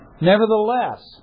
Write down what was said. Nevertheless